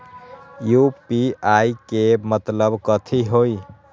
UPI के मतलब कथी होई?